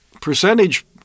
percentage